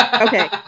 Okay